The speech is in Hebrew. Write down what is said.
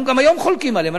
אנחנו גם היום חולקים עליהם,